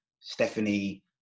Stephanie